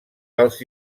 pels